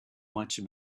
much